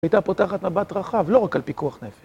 הייתה פותחת מבט רחב, לא רק על פיקוח נפש.